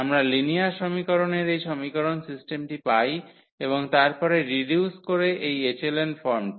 আমরা লিনিয়ার সমীকরনের এই সমীকরণ সিস্টেমটি পাই এবং তারপরে রিডিউস করে এই এচেলন ফর্মটি